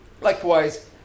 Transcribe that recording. likewise